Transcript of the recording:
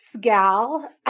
gal